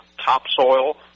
topsoil